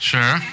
Sure